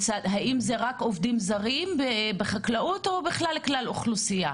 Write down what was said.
האם זה רק עובדים זרים בחקלאות או בכלל כלל האוכלוסייה?